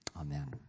amen